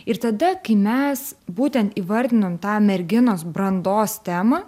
ir tada kai mes būtent įvardinom tą merginos brandos temą